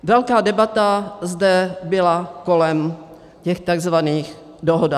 Velká debata zde byla kolem těch tzv. dohodářů.